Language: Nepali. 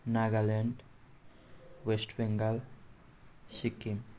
नागाल्यान्ड वेस्ट बङ्गाल सिक्किम